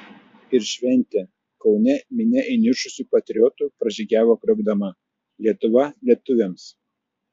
ir šventė kaune minia įniršusių patriotų pražygiavo kriokdama lietuva lietuviams